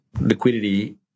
liquidity